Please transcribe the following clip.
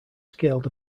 scaled